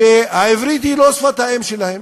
שהעברית היא לא שפת האם שלהן.